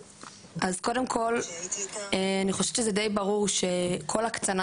קודם כל אני חושבת שזה די ברור שכל הקצנה